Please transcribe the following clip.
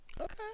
Okay